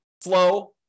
flow